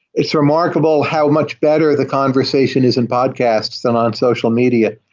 is remarkable how much better the conversation is in podcasts than on social media.